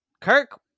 Kirk